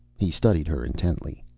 he studied her intently.